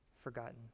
forgotten